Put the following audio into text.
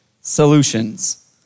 solutions